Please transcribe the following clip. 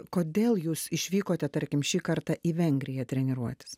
kodėl jūs išvykote tarkim šį kartą į vengriją treniruotis